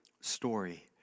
story